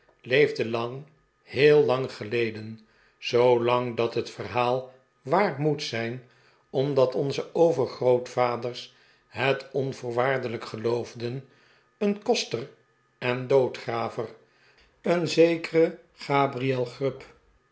leefde lang heel lang geleden zoo lang dat het verhaal waar moet zijn omdat onze overgrootvaders het onvoorwaardelijk geloofden een koster en doodgraver een zekere gabriel grub